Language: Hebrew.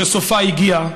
שסופה הגיעה